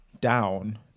down